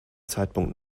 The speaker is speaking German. zeitpunkt